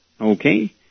Okay